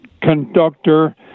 conductor